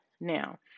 Now